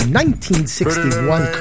1961